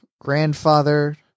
grandfather